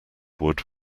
wood